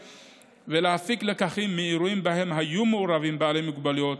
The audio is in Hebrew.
ולהפיק לקחים מאירועים שבהם היו מעורבים בעלי מוגבלויות.